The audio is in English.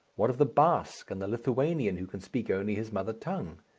what of the basque and the lithuanian who can speak only his mother tongue?